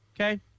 okay